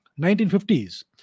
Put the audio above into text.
1950s